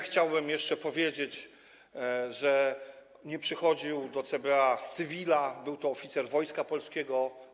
Chciałbym jeszcze powiedzieć, że nie przyszedł on do CBA z cywila, był to oficer Wojska Polskiego.